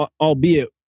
albeit